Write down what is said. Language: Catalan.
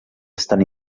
estan